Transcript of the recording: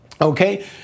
okay